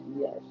Yes